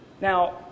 Now